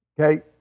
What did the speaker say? Okay